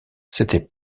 s’étaient